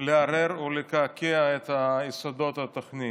לערער או לקעקע את יסודות התוכנית.